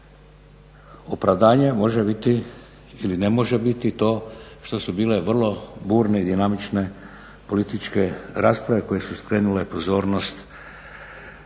opravdanje može biti ili ne može biti to što su bile vrlo burne i dinamične političke rasprave koje su skrenule pozornost